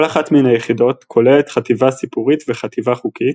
כל אחת מן היחידות כוללת חטיבה סיפורית וחטיבה חוקית,